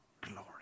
glory